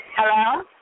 Hello